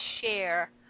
share